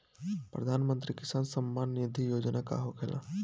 प्रधानमंत्री किसान सम्मान निधि योजना का होखेला?